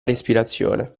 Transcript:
respirazione